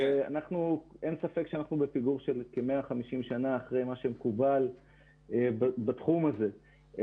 אין ספק שאנחנו בפיגור של כ-150 שנים אחרי מה שמקובל בתחום הזה.